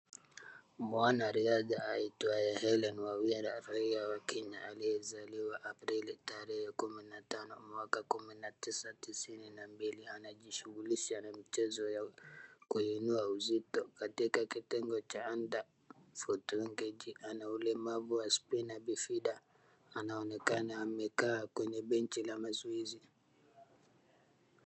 Mwanariadha aitwaye Hellen Wawira raia wa Kenya aliyezaliwa Aprili tarehe kumi na tano mwaka kumi na tisa tisini na mbili. Anajishughulisha na mchezo ya kuinua uzito katika kitengo cha under forty one kg . Ana ulemavu wa spina bifida anaonekana amekaa kwenye bench la mazoezi.